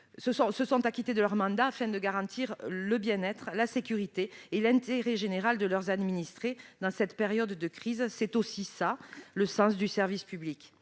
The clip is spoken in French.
se sont acquittés jusqu'au bout de leur mandat afin de garantir le bien-être, la sécurité et l'intérêt général de leurs administrés durant cette période de crise. C'est aussi cela, le sens du service public